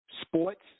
Sports